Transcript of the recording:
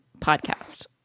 podcast